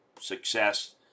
success